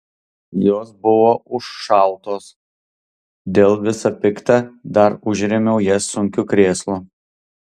jos buvo užšautos dėl visa pikta dar užrėmiau jas sunkiu krėslu